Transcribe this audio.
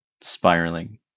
spiraling